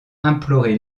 implorer